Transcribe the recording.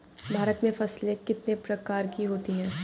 भारत में फसलें कितने प्रकार की होती हैं?